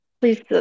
please